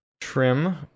Trim